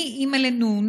אני אימא לנ',